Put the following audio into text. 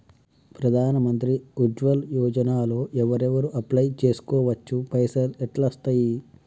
ప్రధాన మంత్రి ఉజ్వల్ యోజన లో ఎవరెవరు అప్లయ్ చేస్కోవచ్చు? పైసల్ ఎట్లస్తయి?